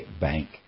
Bank